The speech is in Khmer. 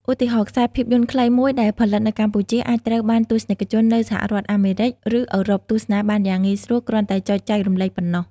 ឧទាហរណ៍ ខ្សែភាពយន្តខ្លីមួយដែលផលិតនៅកម្ពុជា អាចត្រូវបានទស្សនិកជននៅសហរដ្ឋអាមេរិក ឬអឺរ៉ុបទស្សនាបានយ៉ាងងាយស្រួល គ្រាន់តែចុចចែករំលែកប៉ុណ្ណោះ។